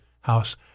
house